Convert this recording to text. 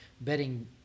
betting